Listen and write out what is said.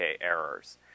errors